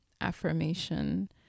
affirmation